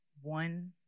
One